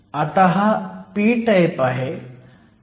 आता हा p type आहे